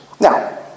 Now